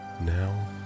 now